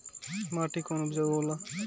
माटी कौन उपजाऊ होला?